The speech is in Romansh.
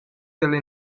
dalla